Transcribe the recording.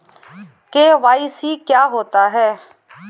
KYC क्या होता है?